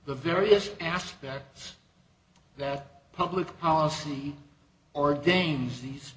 the various aspects that public policy or games these